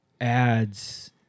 ads